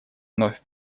вновь